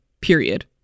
period